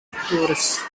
tourists